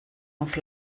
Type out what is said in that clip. auf